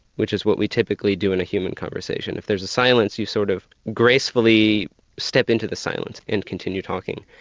which is what we typically do in a human conversation. if there's a silence you sort of gracefully step into the silence and continue talking.